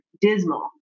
dismal